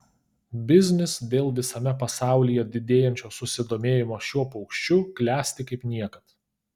biznis dėl visame pasaulyje didėjančio susidomėjimo šiuo paukščiu klesti kaip niekad